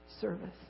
service